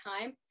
time